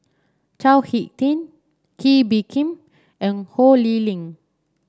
Chao HicK Tin Kee Bee Khim and Ho Lee Ling